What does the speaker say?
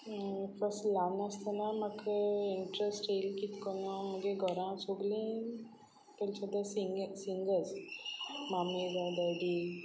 first ल्हान आसतना म्हाका इंट्रस्ट आयलो कितें करून म्हज्या घरां सगलीं तेंचें ती सिंग सिंगर्स मामी आनी डॅडी